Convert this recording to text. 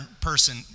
person